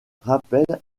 rappellent